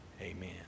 amen